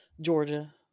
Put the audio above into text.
Georgia